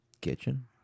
kitchen